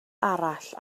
arall